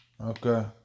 Okay